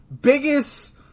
biggest